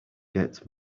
get